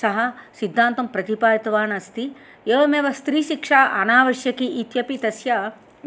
सः सिद्धान्तं प्रतिपादितवान् अस्ति एवमेव स्त्रीशिक्षा अनावश्यकी इत्यपि तस्य